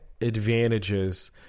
advantages